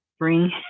bring